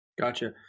Gotcha